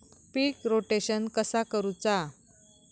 पीक rotation कसा करूचा?